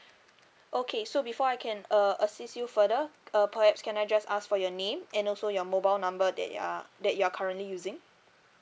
okay so before I can uh assist you further uh perhaps can I just ask for your name and also your mobile number that you are that you are currently using